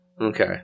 okay